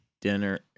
dinner